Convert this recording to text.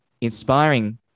inspiring